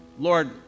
Lord